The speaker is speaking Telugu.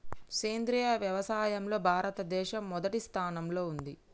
సేంద్రియ వ్యవసాయంలో భారతదేశం మొదటి స్థానంలో ఉంది